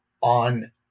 on